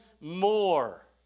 more